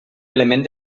element